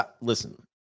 listen